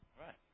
Right